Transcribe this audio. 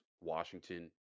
Washington